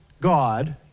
God